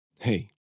Hey